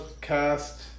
cast